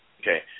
okay